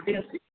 त्रुटि अस्ति